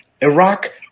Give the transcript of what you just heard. Iraq